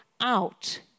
out